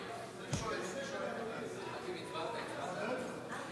חברי הכנסת)